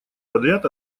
подряд